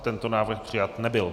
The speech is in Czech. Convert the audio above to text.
Tento návrh přijat nebyl.